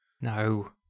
No